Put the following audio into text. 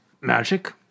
magic